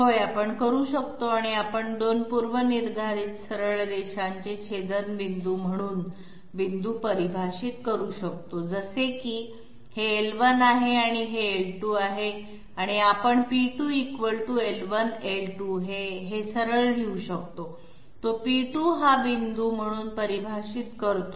होय आपण करू शकतो आपण दोन पूर्वनिर्धारित सरळ रेषांचे छेदनपॉईंट म्हणून पॉईंट परिभाषित करू शकतो जसे की हे l1 आहे आणि हे l2 आहे आणि आपण p2 l1 l2 हे हे सरळ लिहू शकतो तो p2 हा पॉईंट म्हणून परिभाषित करतो